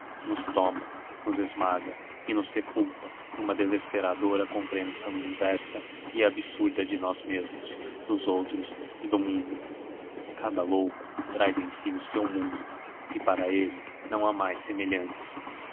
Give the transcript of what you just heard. nos toma nos esmaga e nos sepulta numa desesperadora compreensão inversa e absurda de nós mesmos dos outros e do mundo cada louco traz em si o seu mundo e para ele não há mais semelhantes